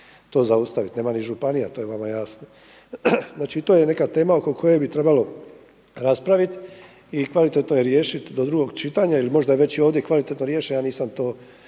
to zaustaviti. Nema ni županija to je vama jasno. Znači, to je neka tema oko koje bi trebalo raspraviti i kvalitetno je riješiti do drugog čitanja ili možda je i ovdje kvalitetno riješena, ja nisam to